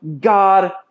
God